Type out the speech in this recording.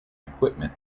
equipment